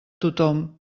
tothom